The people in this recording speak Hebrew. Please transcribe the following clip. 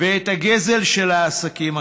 ואת הגזל של העסקים הקטנים.